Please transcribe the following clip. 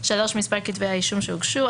(3)מספר כתבי האישום שהוגשו,